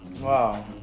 Wow